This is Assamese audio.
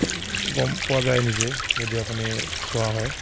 গম পোৱা যায় নিজে যদি আপুনি চোৱা হয়